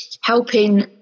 helping